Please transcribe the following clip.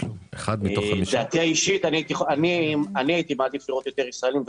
אני הייתי מעדיף לראות יותר ישראלים,